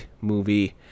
movie